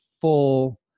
full